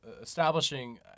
establishing